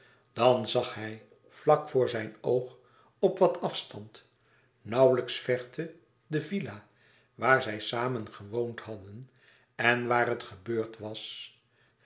dan zag hij vlak voor zijn oog op wat afstand nauwlijks verte de villa waar zij samen gewoond hadden en waar het gebeurd was